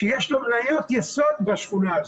שיש לו מניות יסוד בשכונה הזו,